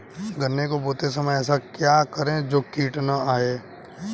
गन्ने को बोते समय ऐसा क्या करें जो कीट न आयें?